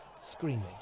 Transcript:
screaming